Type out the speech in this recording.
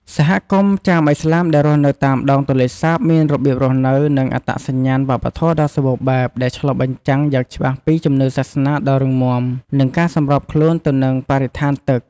សហគមន៍ ចាមឥស្លាម ដែលរស់នៅតាមដងទន្លេសាបមានរបៀបរស់នៅ និងអត្តសញ្ញាណវប្បធម៌ដ៏សម្បូរបែប ដែលឆ្លុះបញ្ចាំងយ៉ាងច្បាស់ពី ជំនឿសាសនា ដ៏រឹងមាំ និង ការសម្របខ្លួនទៅនឹងបរិស្ថានទឹក។